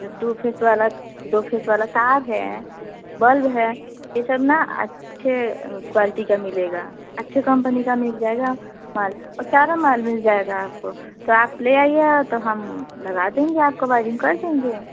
दो फेस वाला दो फेस वाला तार है बल्ब है यह सब ना अच्छे क्वालिटी का मिलेगा अच्छे कम्पनी का मिल जाएगा माल और सारा माल मिल जाएगा आपको तो आप ले आइए तो हम लगा देंगे आपको वायरिंग कर देंगे